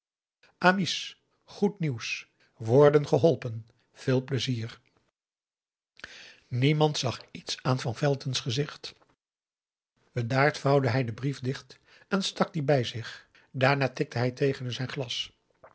goed nieuws worden geholpen veel pleizier niemand zag iets aan van velton's gezicht bedaard vouwde hij den brief dicht en stak dien bij zich daarna tikte hij tegen zijn glas